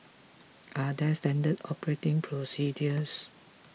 are there standard operating procedures